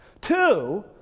Two